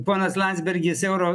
ponas landsbergis euro